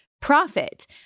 profit